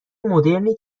مدرنی